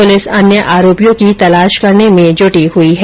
police अन्य आरोपियों की तलाश करने में जुटी है